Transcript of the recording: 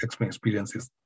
experiences